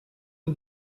une